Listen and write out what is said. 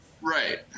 Right